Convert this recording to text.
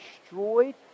destroyed